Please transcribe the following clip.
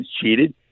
cheated